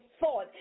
thought